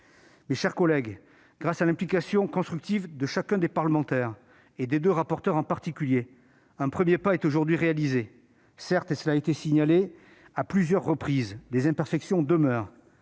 Mes chers collègues, grâce à l'implication constructive de chacun des parlementaires et des deux rapporteurs en particulier, un premier pas est aujourd'hui réalisé. Certes, cela a été signalé à plusieurs reprises, des imperfections demeurent.